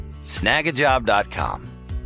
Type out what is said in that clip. snagajob.com